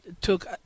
took